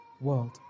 world